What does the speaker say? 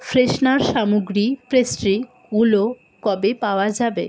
freshener সামগ্রী পেস্ট্রিগুলো কবে পাওয়া যাবে